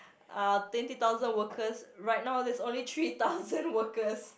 uh twenty thousand workers right now there's only three thousand workers